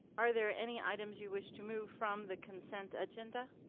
are there any items you wish to move from the consent agenda?